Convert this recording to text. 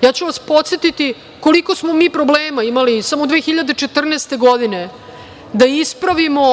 prava. Podsetiću vas koliko smo mi problema imali samo 2014. godine, da ispravimo